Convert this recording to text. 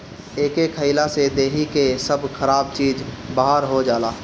एके खइला से देहि के सब खराब चीज बहार हो जाला